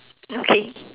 okay